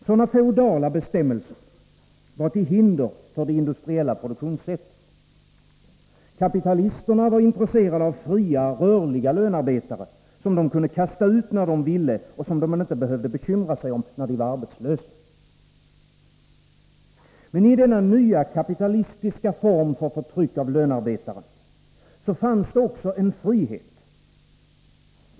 Sådana feodala bestämmelser var till hinder för det industriella produktionssättet. Kapitalisterna var intresserade av fria, rörliga lönarbetare som de kunde kasta ut när de ville och som de inte behövde bekymra sig om, när de var arbetslösa. Men i denna nya, kapitalistiska form för förtryck av lönarbetaren fanns också en frihet.